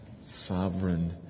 sovereign